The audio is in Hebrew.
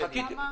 למה?